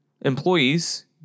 employees